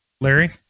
Larry